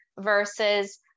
versus